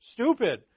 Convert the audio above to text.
stupid